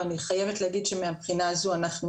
ואני חייבת להגיד שמהבחינה הזו אנחנו